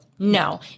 No